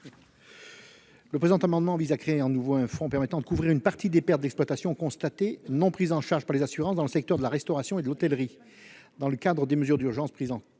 Le présent amendement vise à créer un fonds permettant de couvrir une partie des pertes d'exploitation constatées, non prises en charge par les assurances, dans le secteur de la restauration et de l'hôtellerie, dans le cadre des mesures d'urgence prises